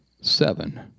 Seven